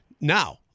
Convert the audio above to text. now